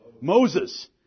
Moses